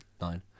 nine